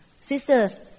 Sisters